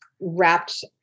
wrapped